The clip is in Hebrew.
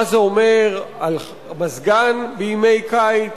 מה זה אומר על המזגן בימי קיץ,